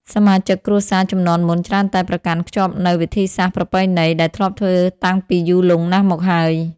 សមាជិកគ្រួសារជំនាន់មុនច្រើនតែប្រកាន់ខ្ជាប់នូវ វិធីសាស្ត្រប្រពៃណី ដែលធ្លាប់ធ្វើតាំងពីយូរលង់ណាស់មកហើយ។